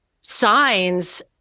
signs